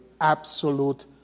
absolute